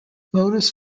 lotus